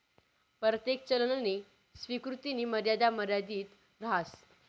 परतेक चलननी स्वीकृतीनी मर्यादा मर्यादित रहास